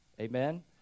Amen